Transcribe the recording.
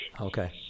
okay